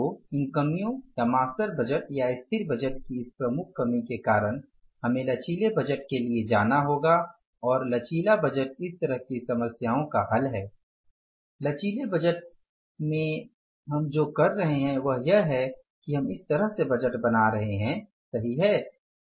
तो इन कमियों या मास्टर बजट या स्थिर बजट की इस प्रमुख कमी के कारण हमे लचीले बजट के लिए जाना होगा और लचीला बजट इस तरह की समस्याओं का हल है लचीले बजट में कि हम जो कर रहे हैं वह यह है कि हम इस तरह से बजट बना रहे है सही है